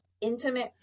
intimate